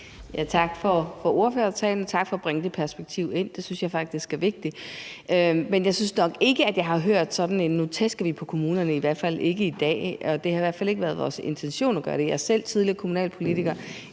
Tak for ordførertalen. Tak for at bringe det perspektiv ind. Det synes jeg faktisk er vigtigt. Men jeg synes nok ikke, at jeg har hørt sådan noget med, at nu tæsker vi på kommunerne – i hvert fald ikke i dag, og det har i hvert fald ikke været vores intention at gøre det. Jeg er selv tidligere kommunalpolitiker,